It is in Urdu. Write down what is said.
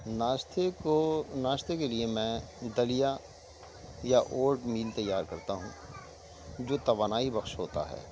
ناشتے کو ناشتے کے لیے میں دلیا یا اوٹ میل تیار کرتا ہوں جو توانائی بخش ہوتا ہے